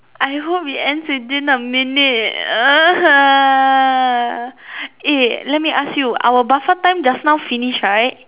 I hope it ends within a minute eh let me ask you our buffer time just now finish right